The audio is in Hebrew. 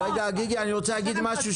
דני גיגי, אני רוצה להגיד משהו